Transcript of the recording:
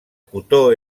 cotó